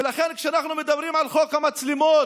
ולכן, כשאנחנו מדברים על חוק המצלמות